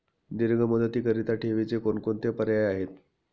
दीर्घ मुदतीकरीता ठेवीचे कोणकोणते पर्याय आहेत?